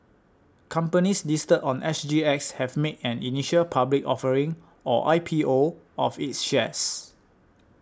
companies listed on S G X have made an initial public offering or I P O of its shares